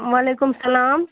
وعلیکُم سلام